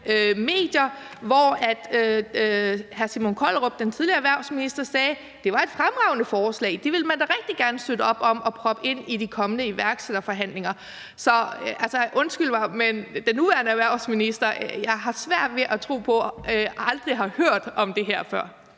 medier, hvor hr. Simon Kollerup, altså den tidligere erhvervsminister, sagde, at det var et fremragende forslag og det ville man da rigtig gerne støtte op om og proppe ind i de kommende iværksætteriforhandlinger. Så undskyld mig, men jeg har svært ved at tro på, at den nuværende erhvervsminister aldrig har hørt om det her før.